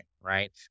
right